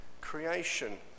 creation